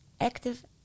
Active